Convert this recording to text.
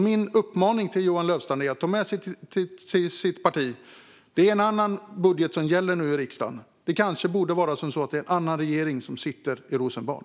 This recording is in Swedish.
Min uppmaning till Johan Löfstrand är därför att ta med sig till sitt parti att det är en annan budget som gäller nu i riksdagen. Kanske borde en annan regering sitta i Rosenbad.